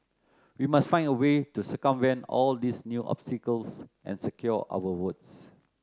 we must find a way to circumvent all these new obstacles and secure our votes